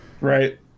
Right